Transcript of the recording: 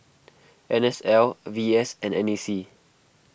N S L V S and N A C